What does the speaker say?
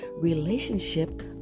relationship